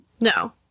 no